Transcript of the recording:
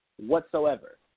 whatsoever